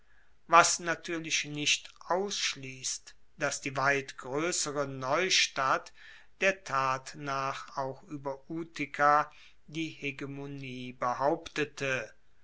was natuerlich nicht ausschliesst dass die weit groessere neustadt der tat nach auch ueber utica die hegemonie behauptete